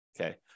okay